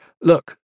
Look